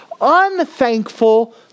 unthankful